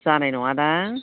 जानाय नङा दां